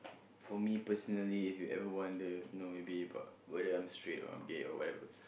for me personally if you ever wonder you know maybe about whether I'm straight or I'm gay whatever